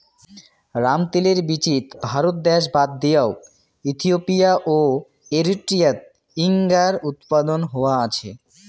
রামতিলের বীচিত ভারত দ্যাশ বাদ দিয়াও ইথিওপিয়া ও এরিট্রিয়াত ইঞার উৎপাদন হয়া আছে